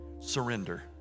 Surrender